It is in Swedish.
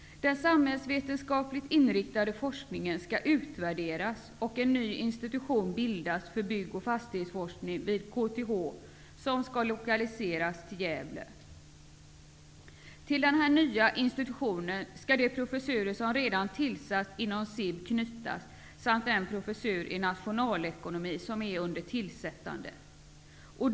Den samhällsvetenskapligt inriktade forskningen skall utvärderas och en ny institution bildas för bygg och fastighetsforskning vid KTH som skall lokaliseras till Gävle. Till den nya institutionen skall de professurer som redan tillsatts inom SIB knytas samt den professur i nationalekonomi som är under tillsättande.